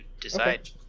decide